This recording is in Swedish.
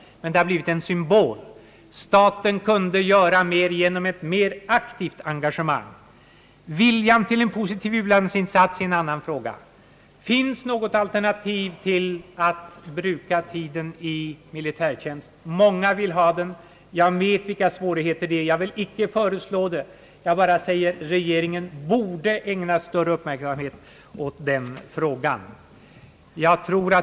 Men det har blivit en symbol. Staten kunde göra mer genom ett mer aktivt engagemang. Viljan till en positiv u-landsinsats är en annan fråga. Finns något alternativ till att bruka tiden i militärtjänst? Många vill ha ett alternativ. Jag vet emellertid vilka svårigheter som här föreligger och jag vill inte framställa något förslag utan vill bara säga att regeringen borde ägna större uppmärksamhet åt den frågan.